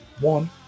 one